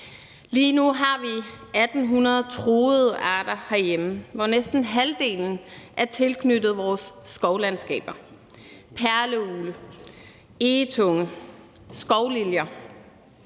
Lige nu har vi 1.800 truede arter herhjemme, hvor næsten halvdelen er tilknyttet vores skovlandskaber. Perleugle, egetunge, skovliljer.